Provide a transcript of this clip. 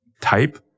type